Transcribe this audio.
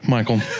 Michael